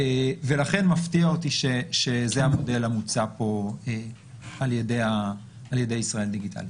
ולכן מפתיע אותי שזה המודל המוצע פה על-ידי “ישראל דיגיטלית”.